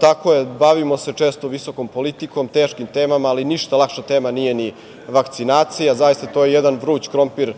Tako je, bavimo se često visokom politikom, teškim temama, ali ništa lakša tema nije ni vakcinacija. To je jedan vruć krompir